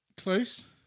close